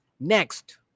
Next